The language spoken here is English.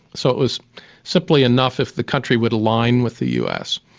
so it was simply enough if the country would align with the us.